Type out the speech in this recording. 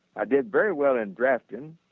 i did very well in drafting.